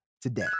today